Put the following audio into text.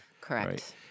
Correct